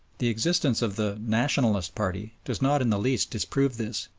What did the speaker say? the existence of the nationalist party does not in the least disprove this,